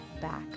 back